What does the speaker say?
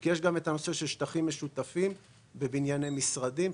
כי יש גם את הנושא של שטחים משותפים בבנייני משרדים,